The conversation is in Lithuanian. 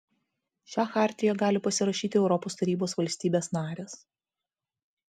šią chartiją gali pasirašyti europos tarybos valstybės narės